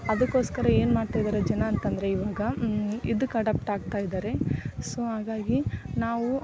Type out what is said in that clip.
ಅದಕ್ಕೋಸ್ಕರ ಏನು ಮಾಡ್ತಾ ಇದ್ದಾರೆ ಜನ ಅಂತಂದರೆ ಇವಾಗ ಇದಕ್ಕೆ ಅಡಾಪ್ಟ್ ಆಗ್ತಾ ಇದ್ದಾರೆ ಸೊ ಹಾಗಾಗಿ ನಾವು